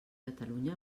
catalunya